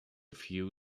few